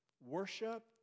Worship